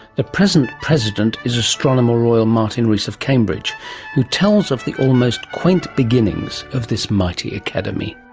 the present president is astronomer royal martin rees of cambridge who tells of the almost quaint beginnings of this mighty academy.